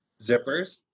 zippers